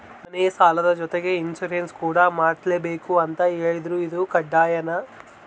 ಮನೆ ಸಾಲದ ಜೊತೆಗೆ ಇನ್ಸುರೆನ್ಸ್ ಕೂಡ ಮಾಡ್ಸಲೇಬೇಕು ಅಂತ ಹೇಳಿದ್ರು ಇದು ಕಡ್ಡಾಯನಾ?